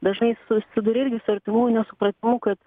dažnai susiduria irgi su artimųjų nesupratimu kad